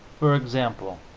for example,